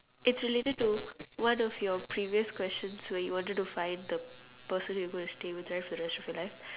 it's related to one of your previous questions where you wanted to find the person you gonna to stay with right for the rest of your life